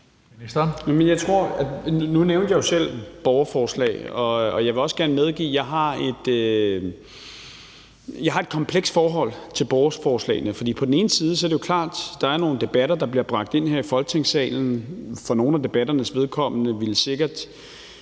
jeg jo selv borgerforslag, og jeg vil også gerne medgive, at jeg har et komplekst forhold til borgerforslagene. For på den ene side er det jo klart, at der bliver bragt nogle debatter ind her i Folketingssalen, som for nogle af debatternes vedkommende ellers ikke